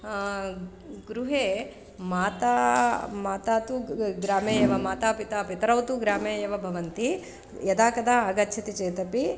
गृहे माता माता तु ग् ग्रामे एव मता पिता पितरौ तु ग्रामे एव भवन्ति यदा कदा अगच्छति चेदपि